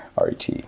RET